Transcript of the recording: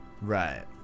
right